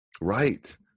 Right